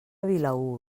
vilaür